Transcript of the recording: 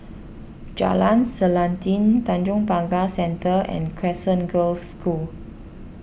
Jalan Selanting Tanjong Pagar Centre and Crescent Girls' School